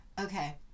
Okay